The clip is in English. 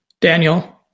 Daniel